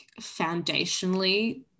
foundationally